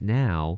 now